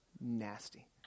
nasty